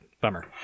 bummer